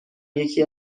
یکی